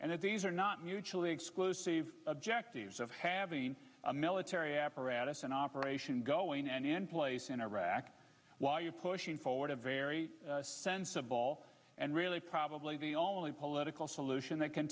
and that these are not mutually exclusive objectives of having a military apparatus in operation going and in place in iraq pushing forward a very sensible and really probably the only political solution